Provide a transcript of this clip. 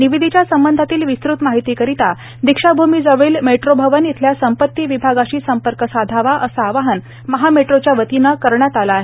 निविदेच्या संबंधातील विस्तृत माहितीकरिता दीक्षाभूमीजवळील मेट्रो अवन इथल्या संपती विभागाशी संपर्क करावा असं आवाहन महामेट्रोच्या वतीनं करण्यात आलं आहे